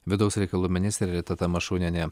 vidaus reikalų ministrė rita tamašunienė